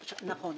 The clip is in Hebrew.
נכון,